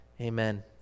Amen